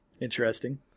Interesting